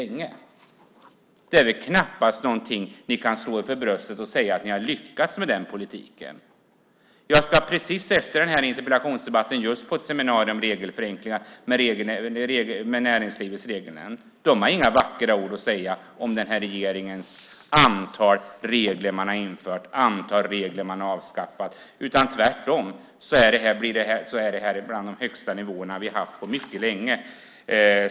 Ni kan väl knappast slå er för bröstet och säga att ni har lyckats med den politiken. Jag ska efter den här interpellationsdebatten på ett seminarium om regelförenklingar med Näringslivets regelnämnd. De har inga vackra ord att säga om det antal regler som den här regeringen har infört och avskaffat. Det här är bland de högsta nivåerna vi har haft på mycket länge.